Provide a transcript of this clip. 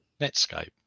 Netscape